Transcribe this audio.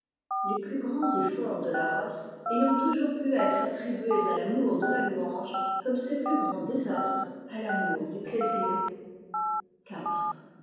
les plus grands efforts de la race ayant toujours pu être attribués à l'amour de la louange comme ses plus grands désastres à l'amour du plaisir